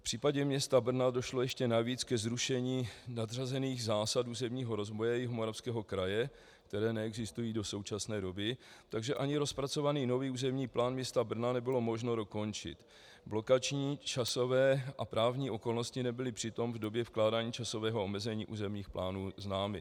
V případě města Brna došlo ještě navíc ke zrušení nadřazených zásad územního rozvoje Jihomoravského kraje, které neexistují do současné doby, takže ani rozpracovaný nový územní plán města Brna nebylo možno dokončit. Blokační, časové a právní okolnosti nebyly přitom v době vkládání časového omezení územních plánů známy.